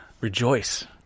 Rejoice